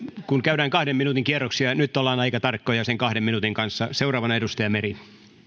kun käydään kahden minuutin kierroksia ollaan aika tarkkoja sen kahden minuutin kanssa seuraavana edustaja meri